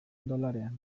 dolarean